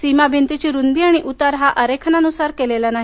सिमाभिंतीची रुंदी आणि उतार हा आरेखनानुसार केलेला नाही